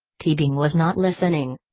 teabing was not listening.